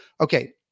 okay